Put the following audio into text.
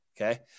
okay